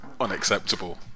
unacceptable